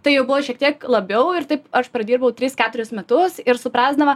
tai jau buvo šiek tiek labiau ir taip aš pradirbau tris keturis metus ir suprasdama